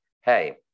Hey